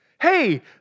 Hey